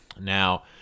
now